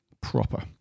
Proper